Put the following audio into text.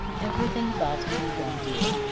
everything about him had grown dear,